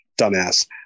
Dumbass